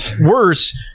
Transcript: worse